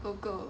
狗狗